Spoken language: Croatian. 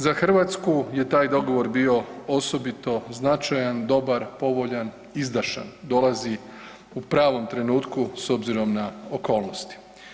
Za Hrvatsku je taj dogovor bio osobito značajan, dobar, povoljan, izdašan, dolazi u pravom trenutku s obzirom na okolnosti.